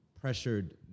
pressured